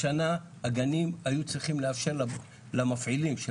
השנה הגנים היו צריכים לאפשר למפעלים של